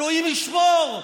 אלוהים ישמור.